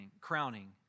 crowning